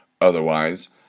otherwise